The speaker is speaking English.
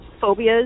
phobias